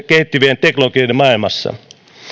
kehittyvien teknologioiden maailmassa